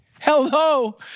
hello